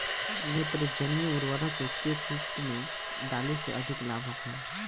नेत्रजनीय उर्वरक के केय किस्त में डाले से अधिक लाभ होखे?